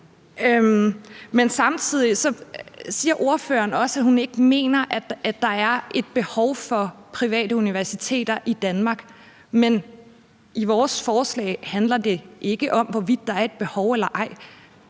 Samtidig siger ordføreren også, at hun ikke mener, at der er et behov for private universiteter i Danmark. Men i vores forslag handler det ikke om, hvorvidt der er et behov eller ej;